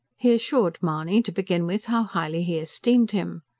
he assured mahony, to begin with, how highly he esteemed him.